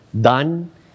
done